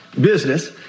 business